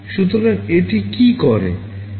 সুতরাং এটি কি করে